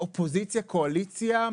קואליציה,